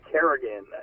Kerrigan